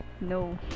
no